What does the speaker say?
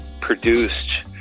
produced